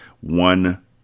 One